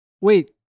wait